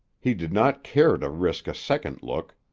he did not care to risk a second look.